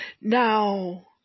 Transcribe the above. Now